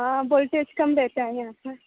हाँ वोल्टेज कम रहता है यह पर